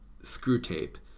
Screwtape